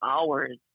hours